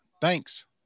Thanks